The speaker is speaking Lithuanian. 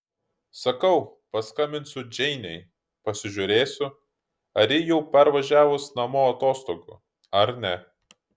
sakau paskambinsiu džeinei pasižiūrėsiu ar ji jau parvažiavus namo atostogų ar ne